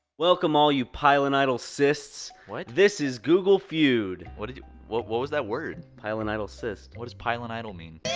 welcome, all you pilonidal cysts. what? this is google feud. what did you what what was that word? pilonidal cyst. what does pilonidal mean?